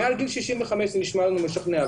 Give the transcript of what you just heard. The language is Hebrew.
מעל גיל 65 זה נשמע לנו משכנע,